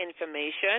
information